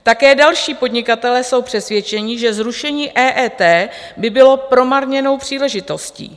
Také další podnikatelé jsou přesvědčeni, že zrušení EET by bylo promarněnou příležitostí.